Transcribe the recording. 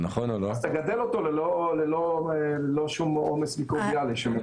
אז תגדל אותו ללא שום עומס מיקרוביאלי.